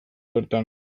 bertan